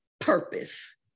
purpose